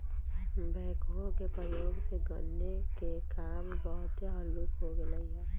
backhoe के प्रयोग से खन्ने के काम बहुते हल्लुक हो गेलइ ह